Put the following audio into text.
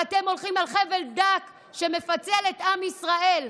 ואתם הולכים על חבל דק שמפצל את עם ישראל.